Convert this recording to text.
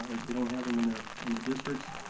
as they don't have them in their in their districts.